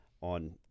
on